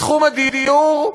בתחום הדיור,